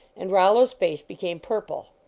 and rol lo s face became purple.